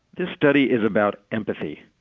this study is about empathy.